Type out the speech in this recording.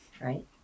right